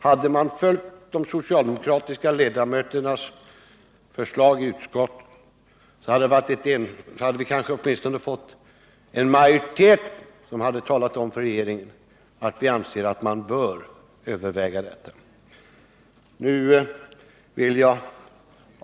Hade centerpartisterna följt de socialdemokratiska ledamöternas förslag i utskottet, så hade vi kunnat få till stånd en majoritet som talat om för regeringen att vi anser att det bör göras vissa överväganden.